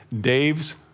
Dave's